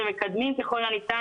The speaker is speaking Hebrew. ומקדמים ככל הניתן,